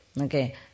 Okay